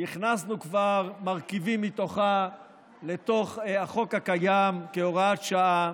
והכנסנו כבר מרכיבים מתוכה לתוך החוק הקיים כהוראת שעה.